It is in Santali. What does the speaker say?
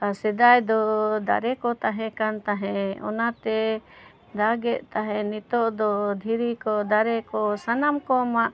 ᱟᱨ ᱥᱮᱫᱟᱭ ᱫᱚ ᱫᱟᱨᱮ ᱠᱚ ᱛᱟᱦᱮᱸ ᱠᱟᱱ ᱛᱟᱦᱮᱸᱫ ᱚᱱᱟᱛᱮ ᱫᱟᱜᱮᱫ ᱛᱟᱦᱮᱸᱫ ᱮ ᱱᱤᱛᱳᱜ ᱫᱚ ᱫᱷᱤᱨᱤ ᱠᱚ ᱫᱟᱨᱮᱠᱚ ᱥᱟᱱᱟᱢ ᱠᱚ ᱢᱟᱜ